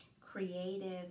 creative